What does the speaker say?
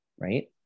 right